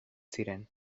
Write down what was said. ziren